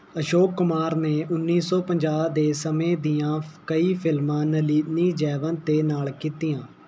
ਅਸ਼ੋਕ ਕੁਮਾਰ ਨੇ ਉੱਨੀ ਸੌ ਪੰਜਾਹ ਦੇ ਸਮੇਂ ਦੀਆਂ ਕਈ ਫਿਲਮਾਂ ਨਲਿਨੀ ਜੈਵੰਤ ਦੇ ਨਾਲ਼ ਕੀਤੀਆਂ